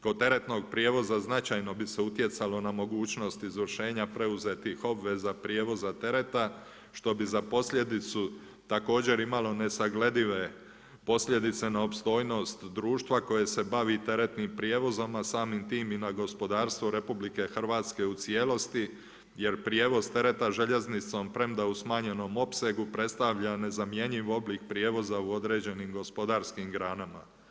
Kod teretnog prijevoza značajno bi se utjecalo na mogućnost izvršenja preuzetih obveza prijevoza tereta, što bi za posljedicu, također imalo nesagledive posljedice na opstojnost društva koje se bavi teretnim prijevozom a samim tim i na gospodarstvo RH u cijelosti, jer prijevoz tereta željeznicom, premda u smanjenom opsegu predstavlja nezamjenjiv oblik prijevoza u određenim gospodarskim granama.